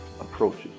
approaches